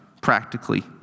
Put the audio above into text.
practically